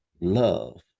love